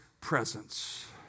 presence